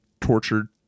tortured